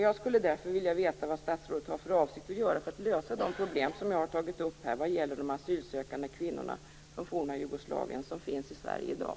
Jag skulle därför vilja veta vad statsrådet har för avsikt att göra för att lösa de problem som jag har tagit upp här vad gäller de asylsökande kvinnorna från forna Jugoslavien som finns i Sverige i dag.